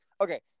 okay